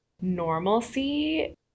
normalcy